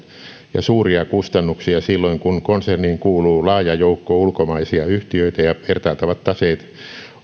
ja suuria kustannuksia silloin kun konserniin kuuluu laaja joukko ulkomaisia yhtiöitä ja vertailtavat taseet